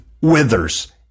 withers